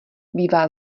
bývá